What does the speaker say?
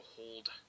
hold